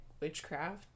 witchcraft